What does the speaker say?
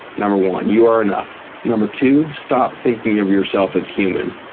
number one. you are enough. number two, stop thinking of yourself as human.